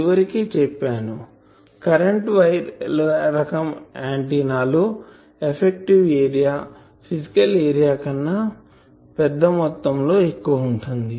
ఇది వరకే చెప్పాను కరెంటు వైర్ రకం ఆంటిన్నా లో ఎఫెక్టివ్ ఏరియా ఫిసికల్ ఏరియా కన్నా పెద్దమొత్తము లో ఎక్కువగా ఉంటుంది